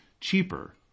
cheaper